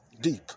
Deep